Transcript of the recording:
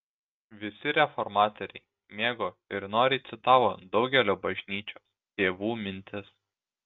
visi reformatoriai mėgo ir noriai citavo daugelio bažnyčios tėvų mintis